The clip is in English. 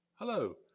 Hello